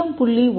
1 0